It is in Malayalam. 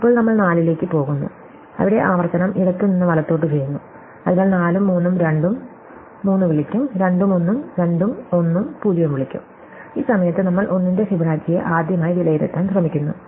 ഇപ്പോൾ നമ്മൾ 4 ലേക്ക് പോകുന്നു അവിടെ ആവർത്തനം ഇടത്തുനിന്ന് വലത്തോട്ട് ചെയ്യുന്നു അതിനാൽ 4 ഉം 3 ഉം 2 ഉം 3 വിളിക്കും 2 ഉം 1 ഉം 2 ഉം 1 ഉം 0 ഉം വിളിക്കും ഈ സമയത്ത് നമ്മൾ 1 ന്റെ ഫിബൊനാച്ചിയെ ആദ്യമായി വിലയിരുത്താൻ ശ്രമിക്കുന്നു